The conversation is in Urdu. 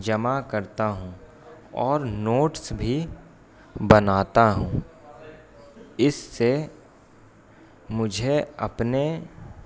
جمع کرتا ہوں اور نوٹس بھی بناتا ہوں اس سے مجھے اپنے